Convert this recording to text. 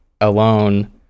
alone